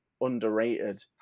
underrated